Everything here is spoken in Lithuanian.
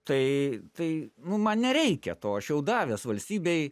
tai tai nu man nereikia to aš jau davęs valstybei